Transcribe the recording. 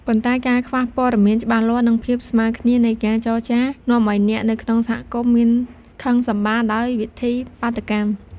ប៉ុន្តែការខ្វះព័ត៌មានច្បាស់លាស់និងភាពស្មើរគ្នានៃការចរចា នាំឲ្យអ្នកនៅក្នុងសហគមន៍មានខឹងសម្បារដោយវិធីបាតុកម្ម។